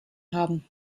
haben